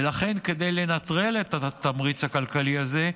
ולכן, כדי לנטרל את התמריץ הכלכלי הזה,